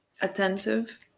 Attentive